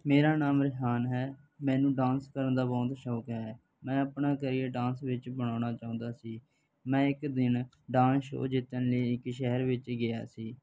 ਮੇਰਾ ਨਾਮ ਰਿਹਾਨ ਹੈ ਮੈਨੂੰ ਡਾਂਸ ਕਰਨ ਦਾ ਬਹੁਤ ਸ਼ੌਂਕ ਹੈ ਮੈਂ ਆਪਣਾ ਕਰੀਅਰ ਡਾਂਸ ਵਿੱਚ ਬਣਾਉਣਾ ਚਾਹੁੰਦਾ ਸੀ ਮੈਂ ਇੱਕ ਦਿਨ ਡਾਂਸ ਸ਼ੋਅ ਜਿੱਤਣ ਲਈ ਇੱਕ ਸ਼ਹਿਰ ਵਿੱਚ ਗਿਆ ਸੀ